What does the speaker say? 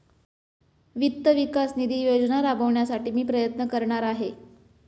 वित्त विकास निधी योजना राबविण्यासाठी मी प्रयत्न करणार आहे